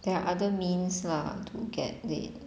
there are other means lah to get it